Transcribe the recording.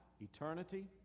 eternity